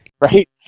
Right